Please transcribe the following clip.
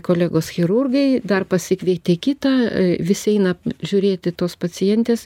kolegos chirurgai dar pasikvietė kitą visi eina žiūrėti tos pacientės